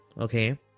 okay